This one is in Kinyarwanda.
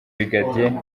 brig